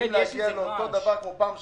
עלולים להגיע לאותו מצב כפי שהיה בפעם שעברה,